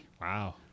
Wow